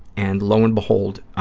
and lo and behold,